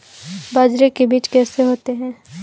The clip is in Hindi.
बाजरे के बीज कैसे होते हैं?